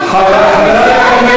חנין זועבי,